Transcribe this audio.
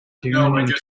tune